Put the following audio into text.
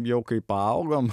jau kai paaugom